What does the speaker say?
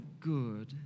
good